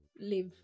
live